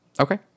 Okay